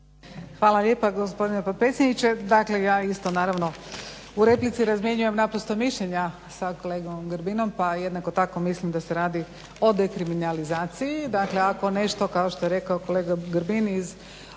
Hvala lijepa gospodine potpredsjedniče. Dakle, ja isto naravno u replici razmjenjujem naprosto mišljenja sa kolegom Grbinom pa jednako tako mislim da se radi o dekriminalizaciji.